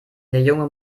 junge